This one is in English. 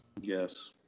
Yes